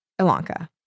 Ilanka